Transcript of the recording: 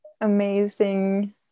amazing